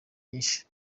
nyinshi